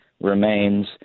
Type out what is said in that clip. remains